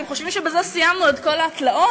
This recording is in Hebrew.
אתם חושבים שבזה סיימנו את כל התלאות?